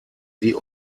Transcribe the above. die